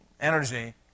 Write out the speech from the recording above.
energy